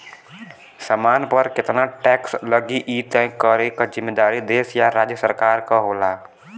सामान पर केतना टैक्स लगी इ तय करे क जिम्मेदारी देश या राज्य सरकार क होला